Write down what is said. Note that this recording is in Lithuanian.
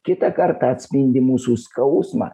kitą kartą atspindi mūsų skausmą